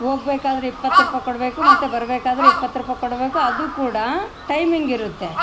ಹೋಗ್ಬೇಕಾದ್ರೆ ಇಪ್ಪತ್ತು ರೂಪಾಯಿ ಕೊಡಬೇಕು ಮತ್ತು ಬರ್ಬೇಕಾದರೆ ಇಪತ್ತು ರೂಪಾಯಿ ಕೊಡಬೇಕು ಅದು ಕೂಡ ಟೈಮಿಂಗ್ ಇರುತ್ತೆ